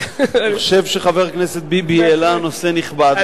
אני חושב שחבר הכנסת ביבי העלה נושא נכבד,